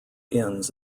inns